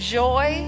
joy